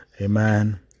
Amen